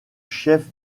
chef